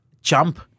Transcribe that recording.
jump